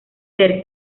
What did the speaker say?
ser